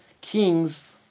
kings